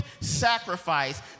sacrifice